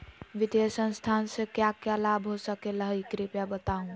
वित्तीय संस्था से का का लाभ हो सके हई कृपया बताहू?